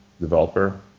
developer